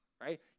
right